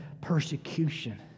persecution